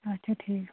اَچھا ٹھیٖک